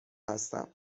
هستم